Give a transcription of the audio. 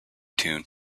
tune